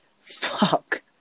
Fuck